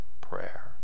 prayer